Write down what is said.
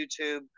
YouTube